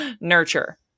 nurture